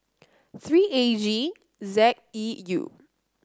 three A G Z E U